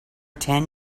ten